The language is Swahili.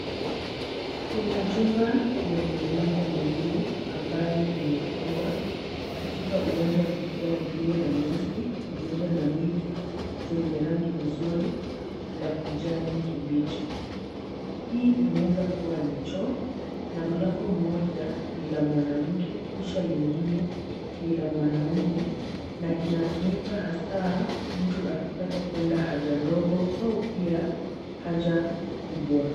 Kuna jumba lenye milango miwili ambayo limefungwa katika uwanja mkubwa ulio na nyasi pamoja na miti yenye rangi nzuri la kijani kibichi. Hii inaweza kuwa ni choo na mlango mmoja ni la mwanamke kisha lingine ni la mwanaume na inatumika hasa mtu akitaka kuenda haja ndogo au pia haja kubwa.